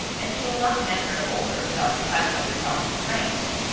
and he will not hand her over without the five hundred thousand francs.